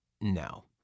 No